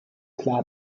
klar